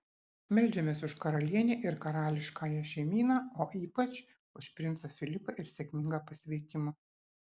meldžiamės už karalienę ir karališkąją šeimyną o ypač už princą filipą ir sėkmingą pasveikimą